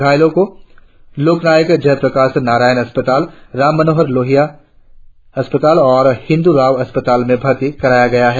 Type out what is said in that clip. घायलों को लोकनायक जयप्रकाश नारायण अस्पताल राम मनोहर लोहिया अस्पताल और हिंदुराव अस्पताल में भर्ती कराया गया है